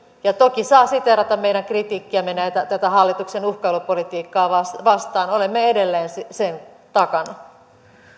ja toki saa siteerata meidän kritiikkiämme tätä hallituksen uhkailupolitiikkaa vastaan olemme edelleen sen takana